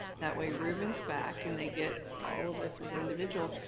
that way ruben's back and they get all of us as individual,